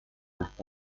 hasta